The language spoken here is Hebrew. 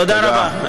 תודה רבה.